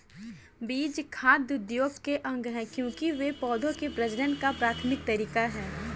बीज खाद्य उद्योग के अंग है, क्योंकि वे पौधों के प्रजनन का प्राथमिक तरीका है